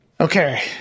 Okay